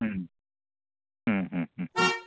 മ് മ്മ് മ്മ് മ്മ്